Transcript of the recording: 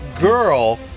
girl